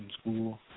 school